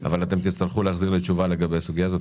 אבל אתם תצטרכו להחזיר לי תשובה לגבי הסוגיה הזאת.